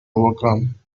overcome